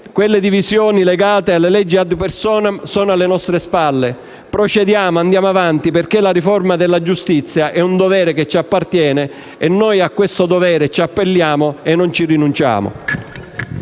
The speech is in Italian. quelle sì - cattive e legate alle leggi *ad personam* sono alle nostre spalle. Procediamo e andiamo avanti perché la riforma della giustizia è un dovere che ci appartiene e poi a questo dovere ci appelliamo e non ci rinunciamo.